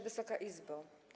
Wysoka Izbo!